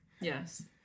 Yes